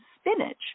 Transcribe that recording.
spinach